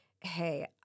hey